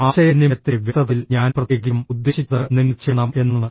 ആശയവിനിമയത്തിലെ വ്യക്തതയിൽ ഞാൻ പ്രത്യേകിച്ചും ഉദ്ദേശിച്ചത് നിങ്ങൾ ചെയ്യണം എന്നാണ്